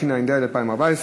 התשע"ד 2014,